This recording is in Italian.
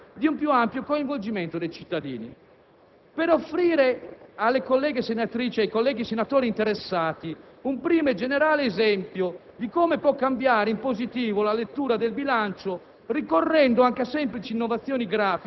ciò a discapito in Italia di un più ampio coinvolgimento dei cittadini. Per offrire alle colleghe senatrici e ai colleghi senatori interessati un primo e generale esempio di come può cambiare in positivo la lettura del bilancio,